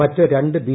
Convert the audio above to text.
മറ്റ് രണ്ട് ബി